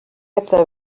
hebdda